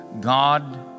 God